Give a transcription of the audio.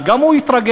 אז גם הוא יתרגז.